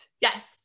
Yes